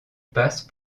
passe